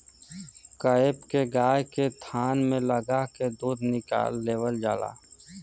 cap के गाय के थान में लगा के दूध निकाल लेवल जाला